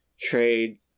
trade